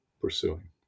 pursuing